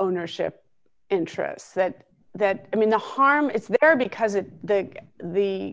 ownership interests that that i mean the harm is there because if the the